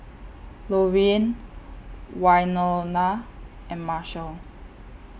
Lorean Wynona and Marshall